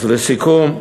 לסיכום,